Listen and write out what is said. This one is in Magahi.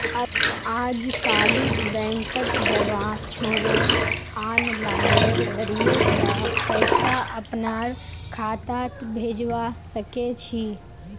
अजकालित बैंकत जबा छोरे आनलाइनेर जरिय स पैसा अपनार खातात भेजवा सके छी